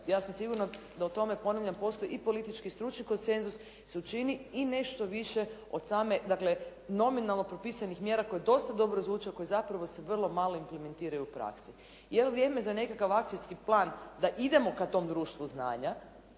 Ja sam sigurna da o tome ponavljam postoji i politički i stručni konsenzus se čini i nešto više od same dakle nominalno propisanih mjera koji dosta dobro zvuče, koji zapravo se vrlo malo implementiraju u praksi. Je li vrijeme za nekakav akcijski plan da idemo ka tom društvu znanja